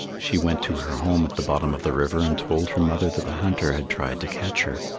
she went to her home at the bottom of the river and told her mother that the hunter had tried to catch her.